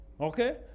Okay